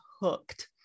hooked